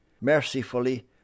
Mercifully